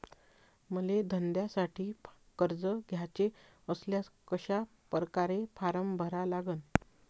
मले धंद्यासाठी कर्ज घ्याचे असल्यास कशा परकारे फारम भरा लागन?